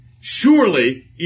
Surely